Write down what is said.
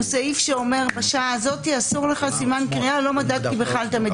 שמדבר על שעות מסוימות ואין בו צורך במדידה.